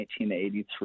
1983